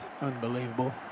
Unbelievable